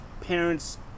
parents